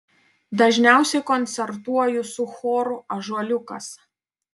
dažniausiai koncertuoju su choru ąžuoliukas